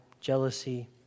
jealousy